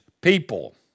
people